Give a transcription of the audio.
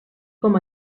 com